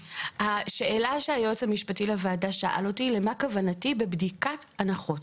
השאלה שהיועץ המשפטי לוועדה שאל אותי הייתה למה כוונתי בבדיקת הנחות.